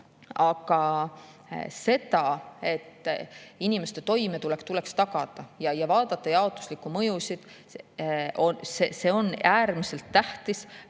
Aga see, et inimeste toimetulek tuleks tagada ja vaadata jaotuslikku mõju, on äärmiselt tähtis.